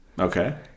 Okay